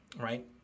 right